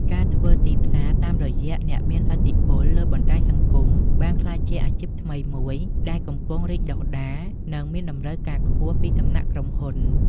ការធ្វើទីផ្សារតាមរយៈអ្នកមានឥទ្ធិពលលើបណ្តាញសង្គម បានក្លាយជាអាជីពថ្មីមួយដែលកំពុងរីកដុះដាល និងមានតម្រូវការខ្ពស់ពីសំណាក់ក្រុមហ៊ុន។